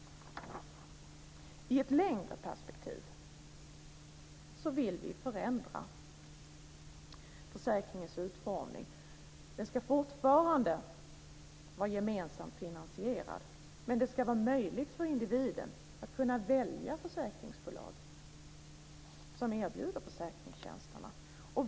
I ett längre perspektiv vill vi förändra försäkringens utformning. Den ska fortfarande vara gemensamt finansierad, men det ska vara möjligt för individen att välja det försäkringsbolag som erbjuder försäkringstjänsterna.